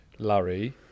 larry